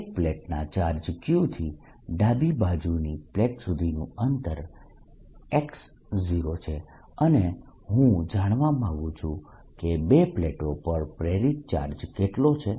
એક પ્લેટના charge Q થી ડાબી બાજુની પ્લેટ સુધીનું અંતર x0 છે અને હું જાણવા માંગુ છું કે બે પ્લેટો પર પ્રેરિત ચાર્જ કેટલો છે